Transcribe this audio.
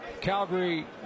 Calgary